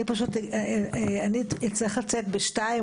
אני פשוט אצטרך לצאת ב-14:00,